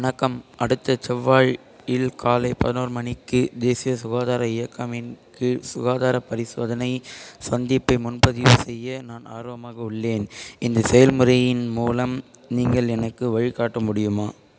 வணக்கம் அடுத்த செவ்வாய் இல் காலை பதினொரு மணிக்கு தேசிய சுகாதார இயக்கமின் கீழ் சுகாதார பரிசோதனை சந்திப்பை முன்பதிவு செய்ய நான் ஆர்வமாக உள்ளேன் இந்த செயல்முறையின் மூலம் நீங்கள் எனக்கு வழிகாட்ட முடியுமா